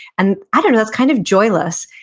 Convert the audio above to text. and i don't know, that's kind of joyless,